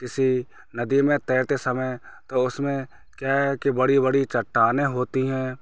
किसी नदी में तैरते समय तो उसमें क्या है कि बड़ी बड़ी चट्टानें होती हैं